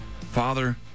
Father